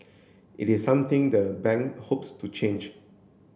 it is something the bank hopes to change